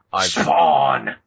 Spawn